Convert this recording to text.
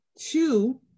two